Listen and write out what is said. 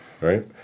Right